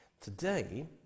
Today